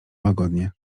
łagodnie